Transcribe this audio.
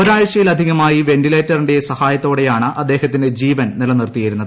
ഒരാഴ്ചയിലധികമായി വെന്റിലേറ്ററിന്റെ സഹായത്തോടെയാണ് അദ്ദേഹത്തിന്റെ ജീവൻ നിലനിർത്തിയിരുന്നത്